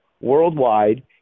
worldwide